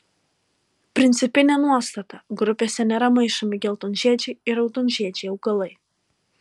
principinė nuostata grupėse nėra maišomi geltonžiedžiai ir raudonžiedžiai augalai